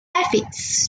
affixes